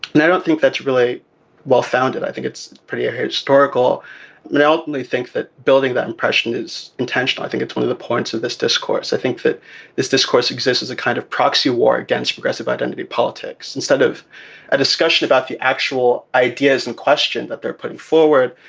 and i don't think that's really well founded. i think it's pretty ahistorical meltingly think that building that impression is intentional. i think it's one of the points of this discourse. i think that this discourse exists as a kind of proxy war against progressive identity politics instead of a discussion about the actual ideas and questions that they're putting forward.